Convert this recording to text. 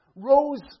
rose